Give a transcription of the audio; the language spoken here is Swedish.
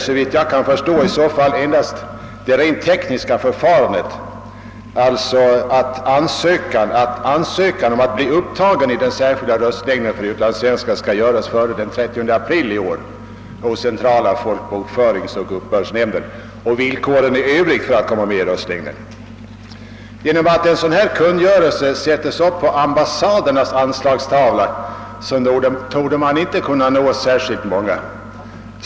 Såvitt jag förstår gäller det, emellertid endast det rent tekniska förfarandet, alltså att ansökan om att bli upptagen i den särskilda röstlängden för utlandssvenskar skall göras före den 30 april i år hos centrala folkbokföringsoch uppbördsnämnden samt villkoren i övrigt för att få komma med i röstlängden. Genom att en sådan kungörelse sättes. upp på ambassadernas anslagstavlor torde man emellertid inte kunna nå särskilt många.